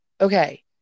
okay